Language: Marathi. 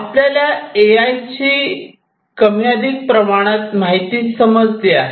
आपल्याला एआय ची कमी अधिक प्रमाणात माहिती समजली आहे